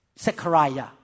Zechariah